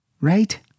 Right